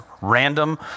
random